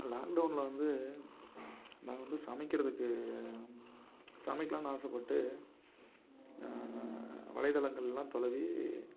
லாக்டவுன்ல வந்து நான் வந்து சமைக்கிறதுக்கு சமைக்கலாம்ன்னு ஆசைப்பட்டு வலைத்தளங்கள்லாம் துலவி